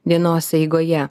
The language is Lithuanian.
dienos eigoje